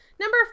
Number